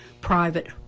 private